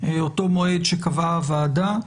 אותו מועד שקבעה הוועדה,